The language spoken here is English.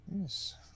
Yes